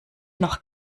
noch